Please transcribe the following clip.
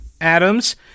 Adams